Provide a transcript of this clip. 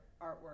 artwork